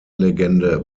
legende